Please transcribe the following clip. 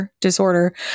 disorder